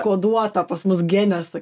koduota pas mus genuose